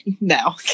no